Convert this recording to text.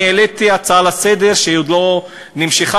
אני העליתי הצעה לסדר שעוד לא נמשכה,